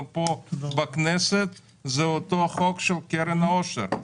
פה בכנסת זה אותו החוק של קרן עושר.